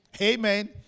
Amen